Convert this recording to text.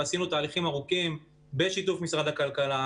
ועשינו תהליכים ארוכים בשיתוף משרד הכלכלה,